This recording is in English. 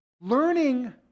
learning